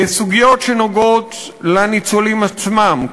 סוגיות שנוגעות לניצולים עצמם,